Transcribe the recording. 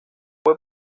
fue